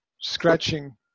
scratching